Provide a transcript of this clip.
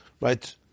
right